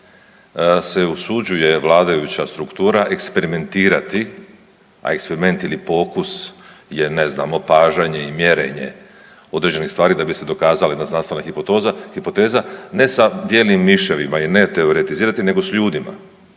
se usuđuje vladajuća struktura eksperimentirati, a eksperiment ili pokus je ne znam opažanje i mjerenje određenih stvari da bi se dokazala jedna hipoteza ne sa bijelim miševima i ne teoretizirati nego s ljudima.